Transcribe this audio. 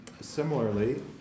similarly